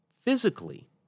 physically